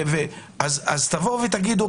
אז תבואו ותגידו,